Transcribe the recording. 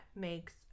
makes